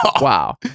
Wow